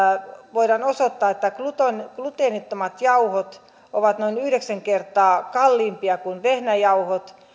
voidaan osoittaa että gluteenittomat jauhot ovat noin yhdeksän kertaa kalliimpia kuin vehnäjauhot